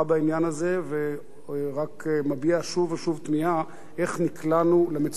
ורק מביע שוב ושוב תמיהה איך נקלענו למצוקה הזאת.